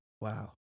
wow